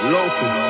Local